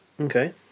Okay